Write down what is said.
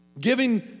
Giving